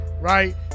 right